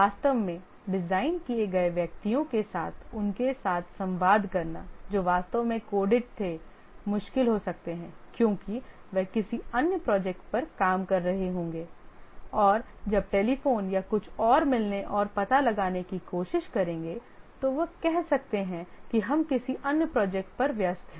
वास्तव में डिज़ाइन किए गए व्यक्तियों के साथ उनके साथ संवाद करना जो वास्तव में कोडित थे मुश्किल हो सकते हैं क्योंकि वे किसी अन्य प्रोजेक्ट पर काम कर रहे होंगे और जब टेलीफोन या कुछ और मिलने और पता लगाने की कोशिश करेंगे तो वे कह सकते हैं कि हम किसी अन्य प्रोजेक्ट पर व्यस्त हैं